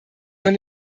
von